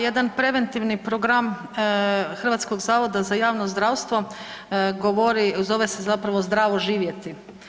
Jedan preventivni program Hrvatskog zavoda za javno zdravstvo govori, zove se zapravo Zdravo živjeti.